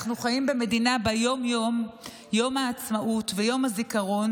אנחנו חיים במדינה שבה יום העצמאות ויום הזיכרון